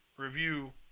review